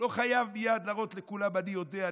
לא חייבים מייד להראות לכולם: אני יודע,